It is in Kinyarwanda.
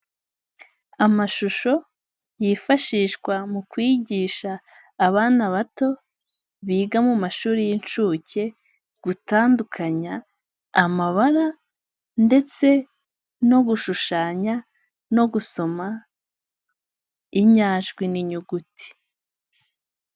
Amashusho yifashishwa mu kwigisha abana bato biga mu mashuri y'inshucye gutandukanya amabara ndetse no gushushanya no gusoma inyajwi n'inyuguti.